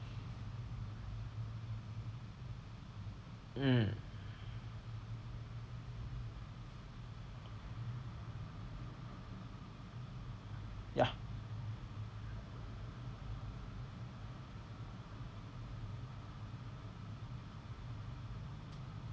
mm ya